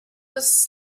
was